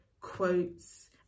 quotes